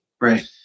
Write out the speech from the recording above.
Right